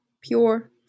pure